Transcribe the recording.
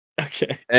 Okay